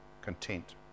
content